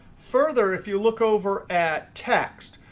further, if you look over at text,